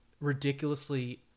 ridiculously